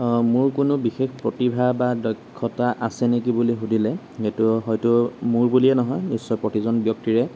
মোৰ কোনো প্ৰতিভা বা দক্ষতা আছে নেকি বুলি সুধিলে সেইটো হয়তো মোৰ বুলিয়েই নহয় বিশ্বৰ প্ৰতিজন ব্যক্তিৰে